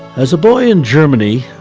as a boy in germany,